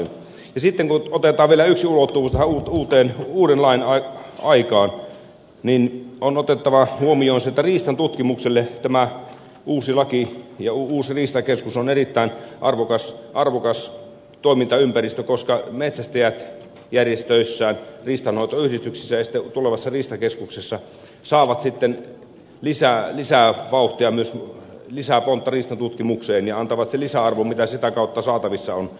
sitten kun otetaan vielä yksi ulottuvuus tähän uuden lain aikaan on otettava huomioon se että riistantutkimukselle tämä uusi laki ja uusi riistakeskus on erittäin arvokas toimintaympäristö koska metsästäjät järjestöissään riistanhoitoyhdistyksissä ja tulevassa riistakeskuksessa saavat lisävauhtia ja lisää vauhtia myös isä oli lisäpontta riistantutkimukseen ja antavat sen lisäarvon mikä sitä kautta saatavissa on